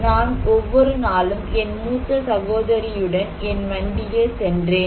நான் ஒவ்வொரு நாளும் என் மூத்த சகோதரியுடன் என் வண்டியில் சென்றேன்